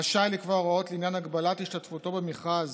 רשאי לקבוע הוראות לעניין הגבלת השתתפותו במכרז